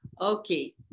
okay